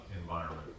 environment